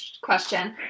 question